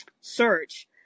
search